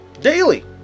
Daily